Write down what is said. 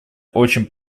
очень